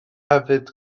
hefyd